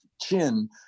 chin